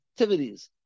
activities